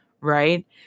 right